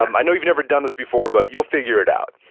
um i know you've never done this before, but you'll figure it out,